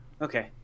Okay